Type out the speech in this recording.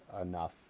enough